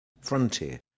Frontier